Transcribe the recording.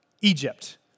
Egypt